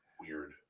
weird